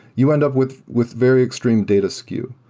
you end up with with very extreme data skew.